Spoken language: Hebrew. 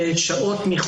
נשמח